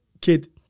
kid